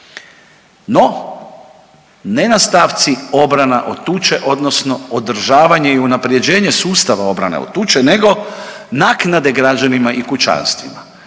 No, ne na stavci obrana od tuče odnosno održavanje i unaprjeđenje sustava obrane od tuče nego naknade građanima i kućanstvima.